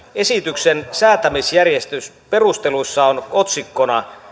esityksen säätämisjärjestysperusteluissa on otsikkona